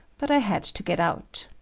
but i had to get out.